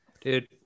dude